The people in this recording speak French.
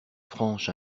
franche